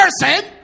person